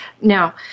now